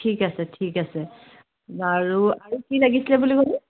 ঠিক আছে ঠিক আছে বাৰু আৰু কি লাগিছিলে বুলি ক'লে